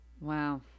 Wow